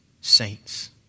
saints